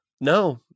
No